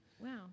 Wow